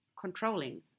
controlling